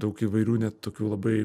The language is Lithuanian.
daug įvairių net tokių labai